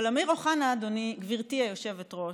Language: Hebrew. אבל אמיר אוחנה, גברתי היושבת-ראש,